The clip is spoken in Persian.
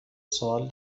سوال